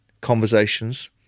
conversations